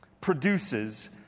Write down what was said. produces